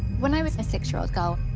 when i was a six-year-old girl,